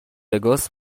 وگاس